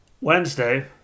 Wednesday